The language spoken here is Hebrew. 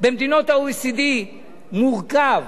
במדינות ה-OECD מורכב